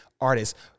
artists